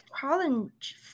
challenge